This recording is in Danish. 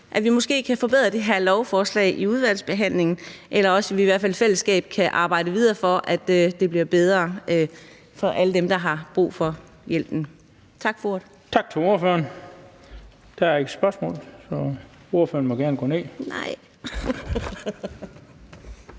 at vi måske kan forbedre det her lovforslag i udvalgsbehandlingen, eller at vi i hvert fald i fællesskab kan arbejde videre for, at det bliver bedre for alle dem, der har brug for hjælpen. Tak for ordet.